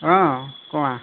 অ কোৱা